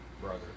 brother